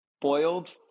Boiled